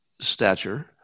stature